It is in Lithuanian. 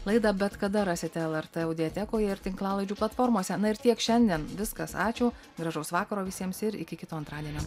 laidą bet kada rasite lrt audiotekoje ir tinklalaidžių platformose na ir tiek šiandien viskas ačiū gražaus vakaro visiems ir iki kito antradienio